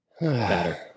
Better